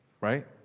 Right